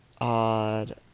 odd